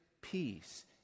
peace